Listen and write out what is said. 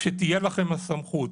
כשתהיה לכם הסמכות,